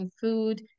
food